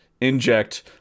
inject